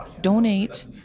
donate